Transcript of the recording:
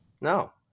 No